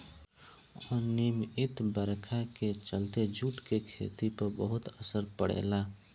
अनिमयित बरखा के चलते जूट के खेती पर बहुत असर पड़ेला